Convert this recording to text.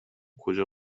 کجا